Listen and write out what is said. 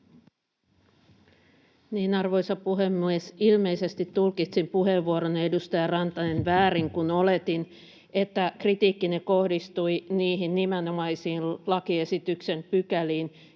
Arvoisa puhemies! Ilmeisesti tulkitsin puheenvuoronne, edustaja Rantanen, väärin, kun oletin, että kritiikkinne kohdistui niihin nimenomaisiin lakiesityksen pykäliin,